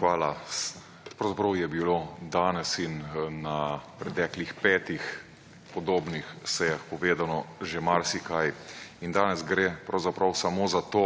Hvala. Pravzaprav je bilo danes in na preteklih petih podobnih sejah povedano že marsikaj. In danes gre pravzaprav samo za to